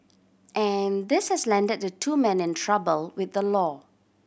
and this has landed the two men in trouble with the law